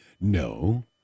No